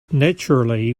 naturally